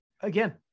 again